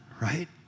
right